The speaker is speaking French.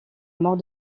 mort